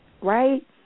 right